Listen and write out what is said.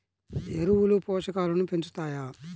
ఎరువులు పోషకాలను పెంచుతాయా?